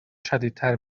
شدیدتر